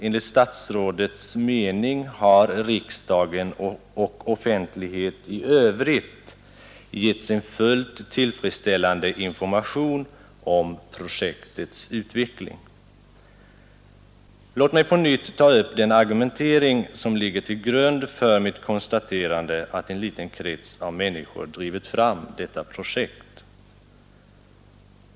Enligt statsrådets mening har riksdagen och offentligheten i övrigt getts en fullt tillfredsställande information om projektets utveckling. Låt mig ta upp den argumentering som ligger till grund för mitt konstaterande att en liten krets av människor drivit fram detta projekt.